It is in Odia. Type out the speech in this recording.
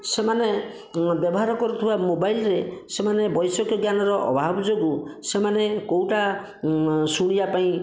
ସେମାନେ ବ୍ୟବହାର କରୁଥିବା ମୋବାଇଲରେ ସେମାନେ ବୈଷୟିକ ଜ୍ଞାନର ଅଭାବ ଯୋଗୁଁ ସେମାନେ କେଉଁଟା ଶୁଣିବା ପାଇଁ